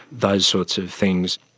those sorts of things.